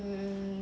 mm